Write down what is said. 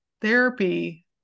therapy